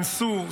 אנסו,